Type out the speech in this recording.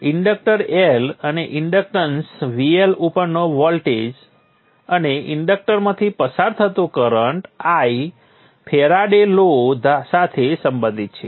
inductance L અને inductance VL ઉપરનો voltage અને ઇન્ડક્ટરમાંથી પસાર થતો current I Faraday law Faraday's law સાથે સંબંધિત છે